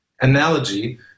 analogy